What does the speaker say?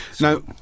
Now